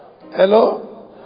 Hello